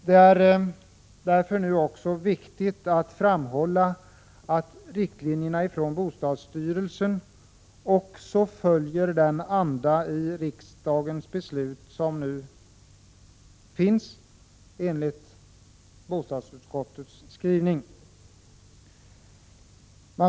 Det är därför viktigt att framhålla att riktlinjerna från bostadsstyrelsen också följer den anda som nu finns i riksdagens beslut enligt bostadsutskottets skrivning.